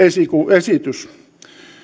esitys